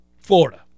Florida